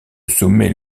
sommet